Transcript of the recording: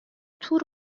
تور